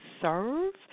serve